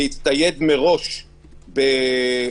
להצטייד מראש בבדיקה.